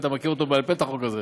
אתה מכיר בעל-פה את החוק הזה.